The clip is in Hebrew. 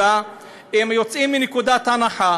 אלא שהם יוצאים מנקודת הנחה